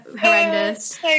horrendous